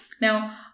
Now